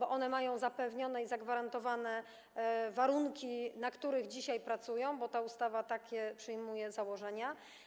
One mają zapewnione i zagwarantowane warunki, na których dzisiaj pracują, bo ta ustawa takie przyjmuje założenia.